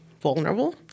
vulnerable